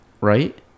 Right